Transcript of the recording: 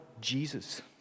Jesus